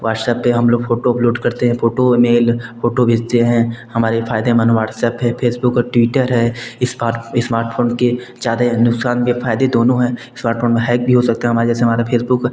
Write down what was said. WhatsApp पर हम लोग फोटो अपलोड करते हैं फोटो एमेल फोटो भेजते हैं हमारे फ़ायदेमंद व्हाट्सअप है फेसबुक और ट्विटर है इस्पार्ट इस्मार्टफोन के ज़्यादा नुक़सान भी हैं और फ़ायदे दोनों है इस्पार्टफोन में हैक भी हो सकता है हमारा जैसे हमारा फेसबुक